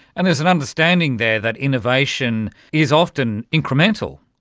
and there's an understanding there that innovation is often incremental,